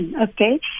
okay